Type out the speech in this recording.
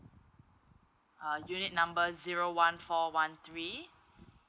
uh unit number zero one four one three